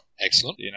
Excellent